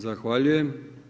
Zahvaljujem.